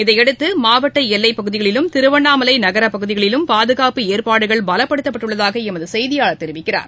இதனையடுத்து மாவட்டஎல்லைப்பகுதிகளிலும் திருவண்ணாமலைநகர்பகுதிகளிலும் பாதுகாப்பு ஏற்பாடுகளபலப்படுத்தப்பட்டுள்ளதாகஎமதுசெய்தியாளர் தெரிவிக்கிறார்